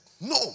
No